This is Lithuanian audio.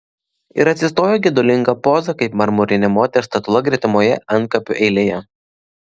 ir atsistojo gedulinga poza kaip marmurinė moters statula gretimoje antkapių eilėje